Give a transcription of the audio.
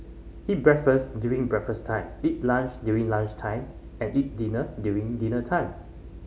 eat breakfast during breakfast time eat lunch during lunch time and eat dinner during dinner time